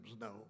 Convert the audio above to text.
no